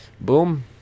Boom